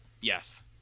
yes